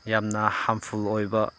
ꯌꯥꯝꯅ ꯍꯥꯔꯝꯐꯨꯜ ꯑꯣꯏꯕ